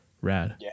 rad